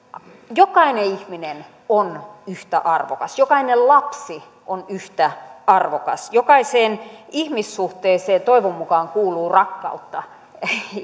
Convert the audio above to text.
jokainen ihminen on yhtä arvokas jokainen lapsi on yhtä arvokas jokaiseen ihmissuhteeseen toivon mukaan kuuluu rakkautta